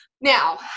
now